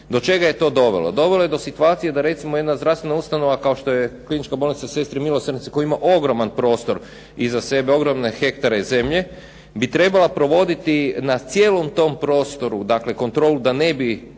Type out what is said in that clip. Do čega je to dovelo? Dovelo je do situacije da recimo jedna zdravstvena ustanova kao što je Klinička bolnica "Sestre milosrdnice" koja ima ogroman prostor iza sebe, ogromne hektare zemlje, bi trebala provoditi na cijelom tom prostoru kontrolu da ne bi